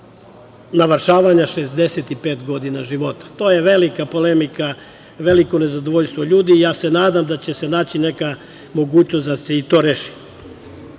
navršavanja 65 godina života. To je velika polemika, veliko nezadovoljstvo ljudi i ja se nadam da će se naći neka mogućnost da se i to